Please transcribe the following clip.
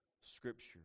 Scripture